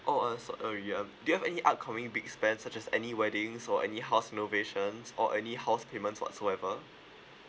oh uh sorry um do you have any upcoming big spend such as any weddings or any house renovation or any house payments whatsoever